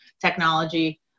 technology